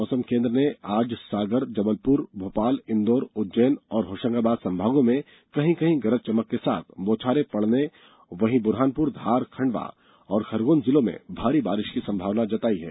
मौसम केन्द्र ने आज सागर जबलपुर भोपाल इंदौर उज्जैन और होशंगाबाद संभागों में कहीं कहीं गरज चमक के साथ बौछारें पड़ने वहीं बुरहानपुर धार खंडवा और खरगोन जिलों में भारी वर्षा की संभावना जताई है